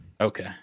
Okay